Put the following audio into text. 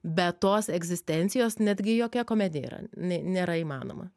be tos egzistencijos netgi jokia komedija yra ne nėra įmanoma